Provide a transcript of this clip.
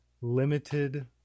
limited